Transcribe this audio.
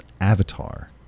avatar